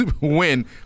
win